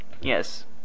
Yes